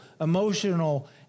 emotional